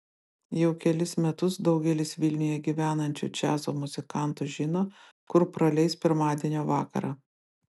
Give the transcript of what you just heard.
jau kelis metus daugelis vilniuje gyvenančių džiazo muzikantų žino kur praleis pirmadienio vakarą